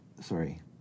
Sorry